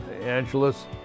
Angeles